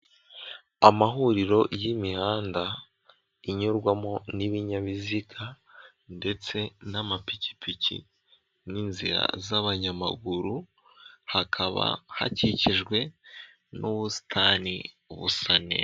Amahuriro y'imihanda inyurwamo n'ibinyabiziga ndetse n'amapikipiki n'inzira z'abanyamaguru, hakaba hakikijwe n'ubusitani busa neza.